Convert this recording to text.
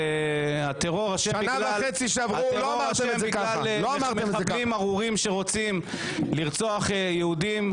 והטרור אשם בגלל מחבלים ארורים שרוצים לרצוח יהודים,